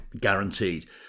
guaranteed